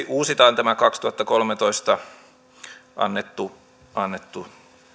uusitaan tämä kaksituhattakolmetoista annettu